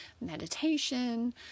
meditation